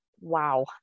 wow